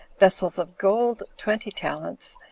vessels of gold twenty talents,